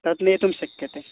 तद् नेतुं शक्यते